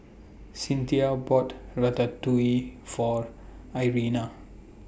Cinthia bought Ratatouille For Irena